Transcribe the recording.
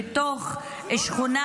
ובתוך שכונה